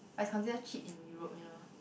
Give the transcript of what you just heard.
five hundred cheap in Europe you know